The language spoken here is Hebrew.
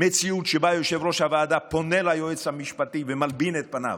מציאות שבה יושב-ראש הוועדה פונה ליועץ המשפטי ומלבין את פניו.